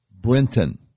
Brenton